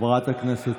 חברת הכנסת סטרוק.